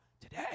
today